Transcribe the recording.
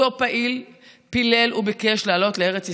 אותו פעיל פילל וביקש לעלות לארץ ישראל.